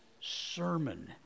sermon